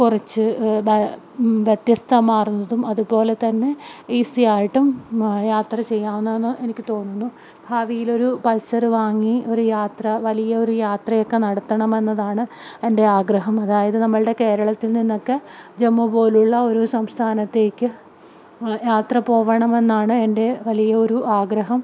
കുറച്ച് വ്യത്യസ്തം മാറുന്നതും അതുപോലെ തന്നെ ഈസിയായിട്ടും യാത്ര ചെയ്യാവുന്നതെന്ന് എനിക്ക് തോന്നുന്നു ഭാവിയിലൊരു പൾസറ് വാങ്ങി ഒരു യാത്ര വലിയ ഒരു യാത്രയൊക്കെ നടത്തണമെന്നതാണ് എൻ്റെ ആഗ്രഹം അതായത് നമ്മളുടെ കേരളത്തിൽ നിന്നൊക്കെ ജമ്മു പോലുള്ള ഒരു സംസ്ഥാനത്തേക്ക് യാത്ര പോകണമെന്നാണ് എൻ്റെ വലിയ ഒരു ആഗ്രഹം